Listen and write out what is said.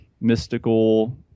mystical